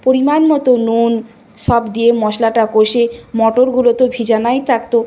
পরিমাণ মতো নুন সব দিয়ে মশলাটা কষে মটরগুলো তো ভেজানোই থাকত